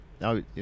now